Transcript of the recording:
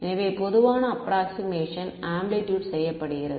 எனவே பொதுவான approximation amplitude செய்யப்படுகிறது